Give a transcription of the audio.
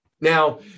Now